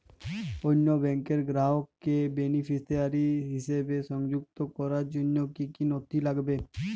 অন্য ব্যাংকের গ্রাহককে বেনিফিসিয়ারি হিসেবে সংযুক্ত করার জন্য কী কী নথি লাগবে?